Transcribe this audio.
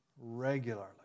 regularly